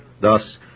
Thus